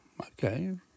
Okay